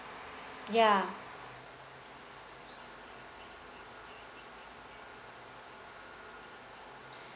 ya